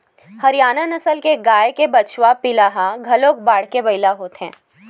हरियाना नसल के गाय के बछवा पिला ह घलोक बाड़के बइला बनथे